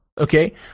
Okay